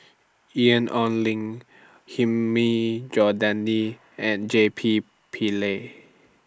Ian Ong Li Hilmi Johandi and J P Pillay